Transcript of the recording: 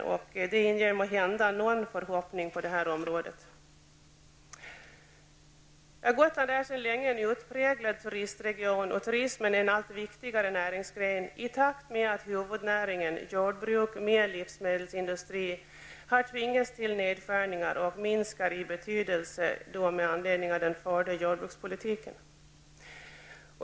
Hans inlägg i dag inger måhända någon förhoppning på det området. Gotland är sedan länge den utpräglad turistregion och turismen en allt viktigare näringsgren i takt med att huvudnäringen jordbruk med livsmedelsindustri har tvingats till nedskärningar och minskar i betydelse med anledning av den förda jordbrukspolitiken.